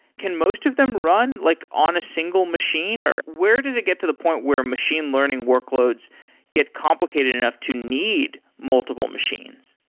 can most of them run like on a single machine or where does it get to the point where machine learning workloads get complicated enough to need multiple machines?